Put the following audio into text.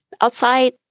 Outside